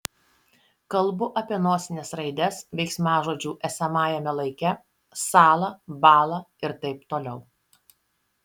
kalbu apie nosines raides veiksmažodžių esamajame laike sąla bąla ir taip toliau